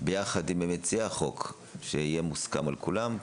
ביחד עם מציעי החוק שיהיה מוסכם על כולם,